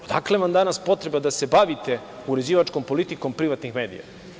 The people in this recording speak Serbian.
Odakle vam danas potreba da se bavite uređivačkom politikom privatnih medija?